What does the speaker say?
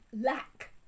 Lack